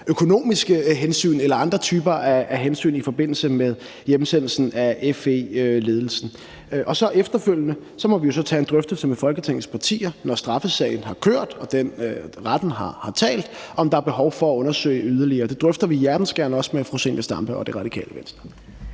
økonomiske hensyn eller andre typer af hensyn – i forbindelse med hjemsendelsen af FE-ledelsen. Og så må vi jo efterfølgende tage en drøftelse med Folketingets partier, når straffesagen har kørt og retten har talt, om, hvorvidt der er behov for at undersøge det yderligere. Det drøfter vi også hjertens gerne med fru Zenia Stampe og Radikale Venstre.